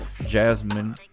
Jasmine